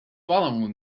following